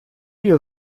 yıl